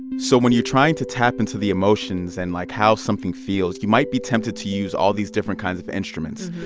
so when you're trying to tap into the emotions and, like, how something feels, you might be tempted to use all these different kinds of instruments.